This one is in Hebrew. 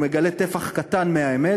הוא מגלה טפח קטן מהאמת,